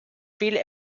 viele